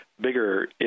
bigger